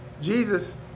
Jesus